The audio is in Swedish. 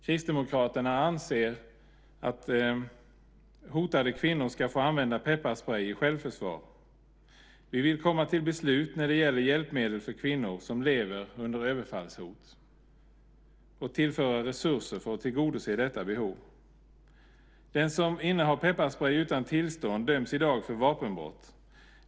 Kristdemokraterna anser att hotade kvinnor ska få använda pepparsprej i självförsvar. Vi vill komma till beslut när det gäller hjälpmedel för kvinnor som lever med överfallshot och tillföra resurser för att tillgodose detta behov. Den som innehar pepparsprej utan tillstånd döms i dag för vapenbrott.